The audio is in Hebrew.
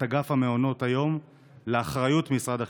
אגף מעונות היום לאחריות משרד החינוך.